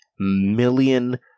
Million